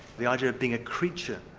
the idea of being a creature,